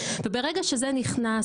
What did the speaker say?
וברגע שזה נכנס